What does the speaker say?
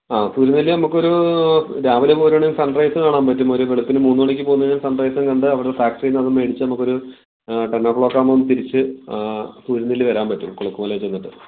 ആ സൂര്യനെല്ലി നമുക്കൊരു രാവിലെ പോരുവാണെങ്കിൽ സൺറൈസ് കാണാൻ പറ്റും ഒരു വെളുപ്പിന് മൂന്നു മണിക്ക് പോന്നു കഴിഞ്ഞാൽ സൺറൈസും കണ്ട് അവരുടെ ഫാക്ടറി നിന്ന് അതും മേടിച്ച് നമുക്കൊരു ടെൻ ഓ ക്ലോക്ക് ആവുമ്പോൾ തിരിച്ച് സൂര്യനെല്ലി വരാൻ പറ്റും കുണുക്കുമലയിൽ ചെന്നിട്ട്